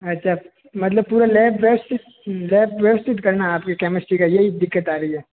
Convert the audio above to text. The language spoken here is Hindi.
अच्छा मतलब पूरा लैब बेस्ट लैब बेस्ट करना है आप के केमिस्ट्री का यही दिक्कत आ रही है